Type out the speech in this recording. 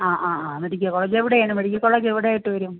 ആ ആ ആ മെഡിക്കൽ കോളേജ് എവിടെയാണ് മെഡിക്കൽ കോളേജ് എവിടെയായിട്ട് വരും